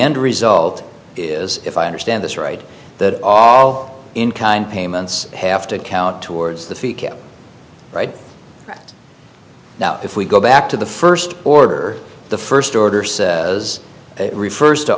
end result is if i understand this right that all in kind payments have to count towards the fee cap right now if we go back to the first order the first order says it refers to